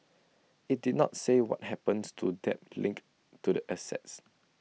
IT did not say what happens to debt linked to the assets